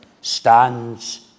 stands